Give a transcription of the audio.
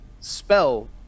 spell